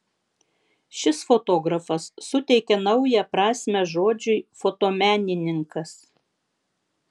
šis fotografas suteikė naują prasmę žodžiui fotomenininkas